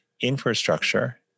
infrastructure